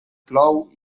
plou